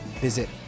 visit